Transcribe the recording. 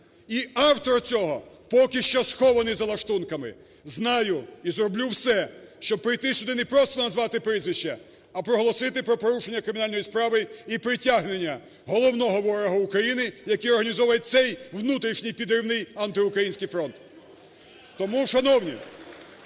І автор цього поки що схований за лаштунками. Знаю і зроблю все, щоб прийти сюди й не просто назвати прізвище, а проголосити про порушення кримінальної справи і притягнення головного ворога України, який організовує цей внутрішній підривний антиукраїнський фронт. Тому, шановні…